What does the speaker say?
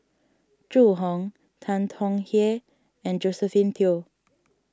Zhu Hong Tan Tong Hye and Josephine Teo